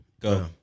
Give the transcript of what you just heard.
Go